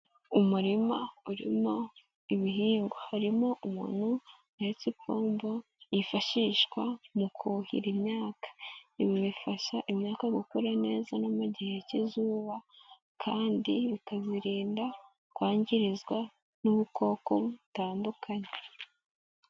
Umurima urimo ibihingwa, harimo umuntu uhetse ipombo yifashishwa mu kuhira imyaka. Ibi bifasha imyaka gukura neza no mu gihe k'izuba kandi bikazirinda kwangirizwa n'ubukoko butandukanye.